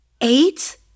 Eight